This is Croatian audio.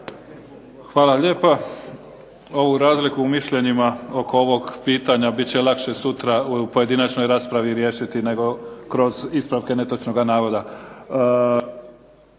Hvala lijepa. Ovu razliku u mišljenjima oko ovog pitanja bit će lakše sutra u pojedinačnoj riješiti nego kroz ispravke netočnoga navoda.